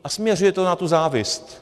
A směřuje to na tu závist.